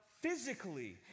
physically